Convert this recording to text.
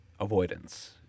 avoidance